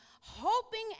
hoping